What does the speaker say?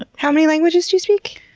ah how many languages do you speak?